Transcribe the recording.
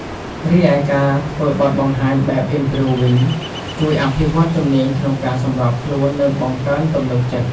រីឯការធ្វើបទបង្ហាញបែប improv វិញ ជួយអភិវឌ្ឍជំនាញក្នុងការសម្របខ្លួន និងបង្កើនទំនុកចិត្ត